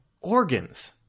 organs